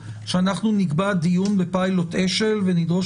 שאנחנו נקבע דיון לפיילוט אשל ונדרוש